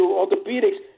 orthopedics